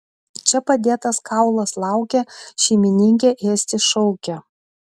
čia padėtas kaulas laukia šeimininkė ėsti šaukia